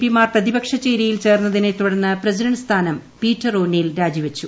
പിമാർ പ്രതിപക്ഷ ചേരിയിൽ ചേർന്നതിനെത്തുടർന്ന് പ്രസിഡന്റ് സ്ഥാനം പീറ്റർ ഒ നീൽ രാജി വച്ചു